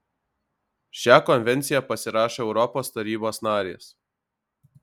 šią konvenciją pasirašo europos tarybos narės